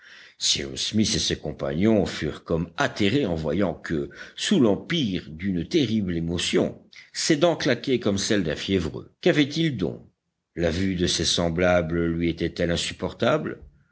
cyrus smith et ses compagnons furent comme atterrés en voyant que sous l'empire d'une terrible émotion ses dents claquaient comme celles d'un fiévreux qu'avait-il donc la vue de ses semblables lui était-elle insupportable